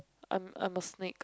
I'm I am a snake